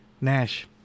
Nash